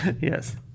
Yes